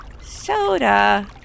soda